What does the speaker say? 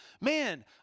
Man